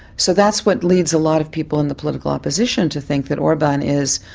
so that's what leads a lot of people in the political opposition to think that orban is,